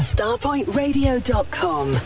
StarPointRadio.com